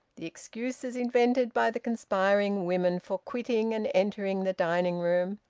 the excuses invented by the conspiring women for quitting and entering the dining-room,